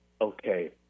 okay